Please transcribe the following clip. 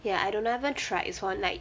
ya I don't haven't tried this [one] like